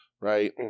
right